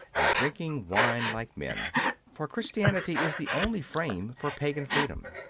and drinking wine like men for christianity is the only frame for pagan freedom.